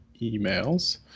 emails